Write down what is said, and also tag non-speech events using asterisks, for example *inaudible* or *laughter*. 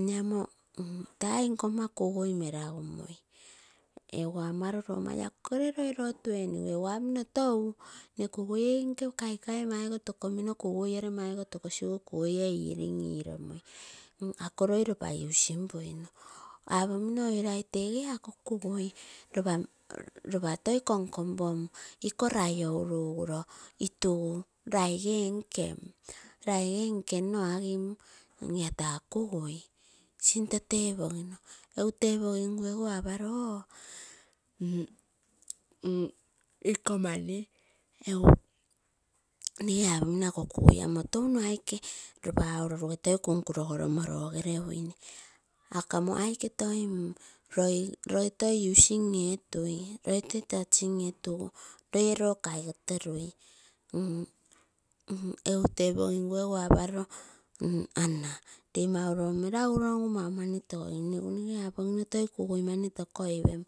nne amo *hesitation* tui nkomma kugui meragumuro, egu amalo loo mai akogere loi lotuu eniguo apomino tou nne kagui nke kaikai. Maigo tokosigu kugui *unintelligible* ee healing eromui. Ako loi ropa using puinu oi lai tege ako kupui ropa konkonpom ikoo laioo uruu unoo intugu laige nkem, laige nkenno agim paa taa kugui sinto tepogino gu tepogingu aparoo, *hesitation* ikou mani egu nnege apomino akoo kagui apo touno aikee, ropa aaro uuge toi kun kirogoromo rogere wine, akamo aike toi loi using etui toi touching etugu loo kai gotolu, *hesitation* egu tepogimgu egu aparoo *hesitation* ana lee mau loo meragugorogu maumani topogim ropa toi kuku. Mani tokopan.